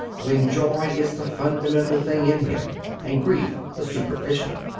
when joy is the fundamental thing in him, and grief the superficial.